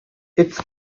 its